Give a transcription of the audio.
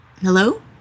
hello